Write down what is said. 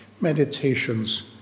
meditations